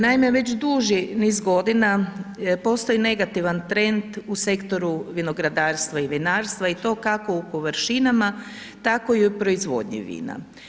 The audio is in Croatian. Naime već duži niz godina postoji negativan trend u sektoru vinogradarstva i vinarstva, i to kako u površinama tako i u proizvodnji vina.